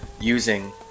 using